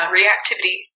reactivity